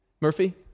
Murphy